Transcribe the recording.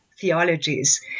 theologies